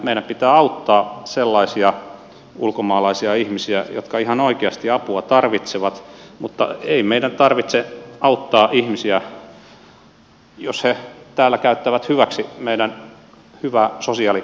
meidän pitää auttaa sellaisia ulkomaalaisia ihmisiä jotka ihan oikeasti apua tarvitsevat mutta ei meidän tarvitse auttaa ihmisiä jos he täällä käyttävät hyväksi meidän hyvää sosiaalijärjestelmäämme